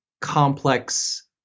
complex